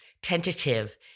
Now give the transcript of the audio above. tentative